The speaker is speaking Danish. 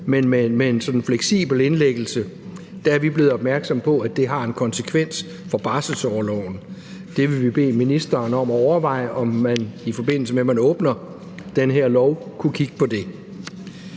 en sådan fleksibel indlæggelse har en konsekvens for barselsorloven. Vi vil bede ministeren om at overveje, i forbindelse med at man åbner den her lov, om man kunne kigge på det.